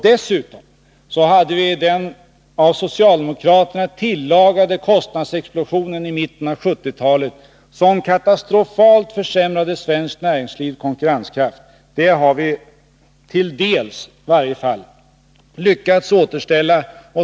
Dessutom hade vi att dras med den av socialdemokraterna i mitten av 1970-talet tillagade kostnadsexplosionen, som katastrofalt försämrade svenskt näringslivs konkurrenskraft. Denna har vi i varje fall till en del lyckats återställa.